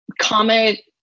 comic